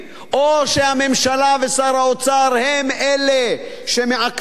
או שהממשלה ושר האוצר הם אלה שמעכבים?